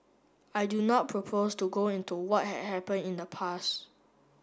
I do not propose to go into what had happened in the past